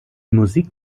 musik